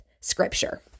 Scripture